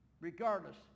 regardless